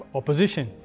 opposition